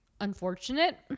unfortunate